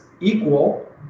equal